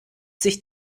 sich